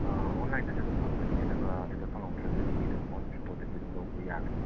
ꯑꯣꯟꯂꯥꯏꯟꯗꯁꯨ ꯑꯗꯨꯝ ꯐꯪꯕꯅꯦ ꯑꯗꯨꯒ ꯑꯗꯨꯗ ꯐꯪꯍꯧꯗ꯭ꯔꯒꯗꯤ ꯑꯗꯨꯝ ꯑꯣꯟ ꯏꯁꯄꯣꯠꯇꯁꯨ ꯑꯗꯨꯝ ꯂꯧꯕꯤꯕ ꯌꯥꯒꯅꯤ